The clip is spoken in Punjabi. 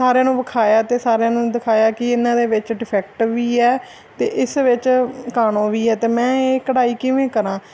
ਸਾਰਿਆਂ ਨੂੰ ਵਿਖਾਇਆ ਅਤੇ ਸਾਰਿਆਂ ਨੂੰ ਦਿਖਾਇਆ ਕਿ ਇਹਨਾਂ ਦੇ ਵਿੱਚ ਡਿਫੈਕਟ ਵੀ ਹੈ ਅਤੇ ਇਸ ਵਿੱਚ ਕਾਣੋ ਵੀ ਹੈ ਅਤੇ ਮੈਂ ਇਹ ਕਢਾਈ ਕਿਵੇਂ ਕਰਾਂ